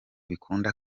bikunda